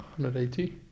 180